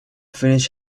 finish